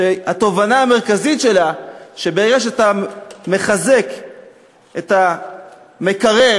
שהתובנה המרכזית שלה היא שברגע שאתה מחזק את המקרר,